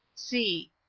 c.